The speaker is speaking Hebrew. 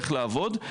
איך לעבוד,